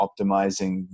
optimizing